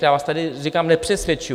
Já vás tady, říkám, nepřesvědčuji.